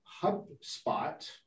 HubSpot